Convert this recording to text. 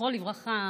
זכרו לברכה,